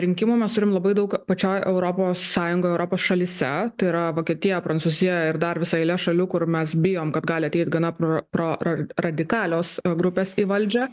rinkimų mes turim labai daug pačioj europos sąjungoj europos šalyse tai yra vokietija prancūzija ir dar visa eilė šalių kur mes bijom kad gali ateit gana pr pro ra radikalios grupės į valdžią